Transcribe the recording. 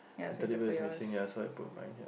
the Teddy Bear is missing ya so I put mine here